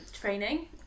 training